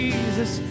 Jesus